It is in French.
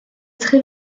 très